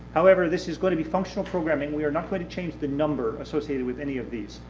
however, this is going to be functional programming, we are not going to change the number associated with any of these.